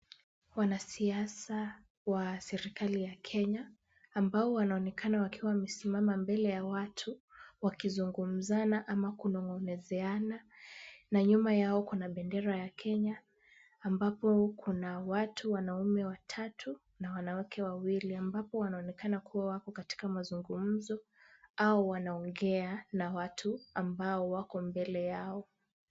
Wanasiasa wa serikali ya Kenya, ambao wanaonekana wakiwa wamesimama mbele ya watu wakizungumzana ama kunongonezeana na nyuma yao kuna bendera ya Kenya ambapo kuna watu; wanaume watatu na wanawake wawili ambapo wanaonekana kuwa wako katika mazungumzo au wanaongea na watu ambao wako mbele yao.